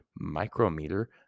micrometer